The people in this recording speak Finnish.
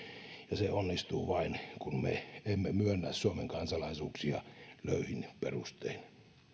ja se onnistuu vain kun me emme myönnä suomen kansalaisuuksia löyhin perustein